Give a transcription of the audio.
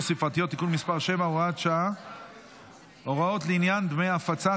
ספרתיות (תיקון מס' 7) (הוראות לעניין דמי הפצה),